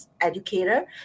educator